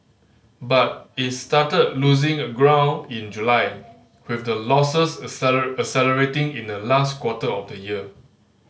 but it started losing a ground in July with the losses accelerating in the last quarter of the year